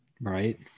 right